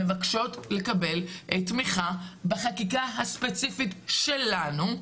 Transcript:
מבקשות לקבל תמיכה בחקיקה הספציפית שלנו,